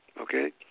okay